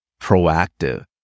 proactive